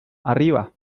arriba